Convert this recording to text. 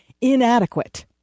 inadequate